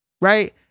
Right